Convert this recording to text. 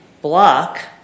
block